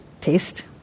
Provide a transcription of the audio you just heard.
Taste